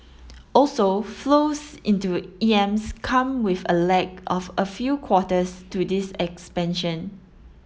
also flows into E Ms come with a lag of a few quarters to this expansion